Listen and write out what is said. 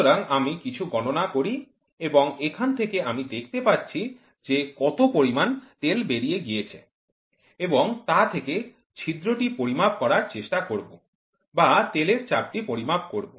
সুতরাং আমি কিছু গণনা করি এবং এখন এখান থেকে আমি দেখতে পাচ্ছি যে কত পরিমাণ তেল বেরিয়ে গিয়েছে এবং তা থেকে ছিদ্রটি পরিমাপ করার চেষ্টা করব বা তেলের চাপটি পরিমাপ করব